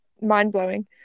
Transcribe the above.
mind-blowing